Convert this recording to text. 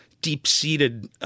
deep-seated